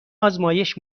آزمایش